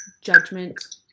judgment